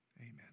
amen